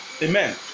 Amen